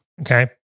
Okay